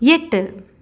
எட்டு